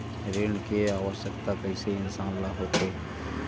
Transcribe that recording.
ऋण के आवश्कता कइसे इंसान ला होथे?